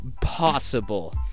possible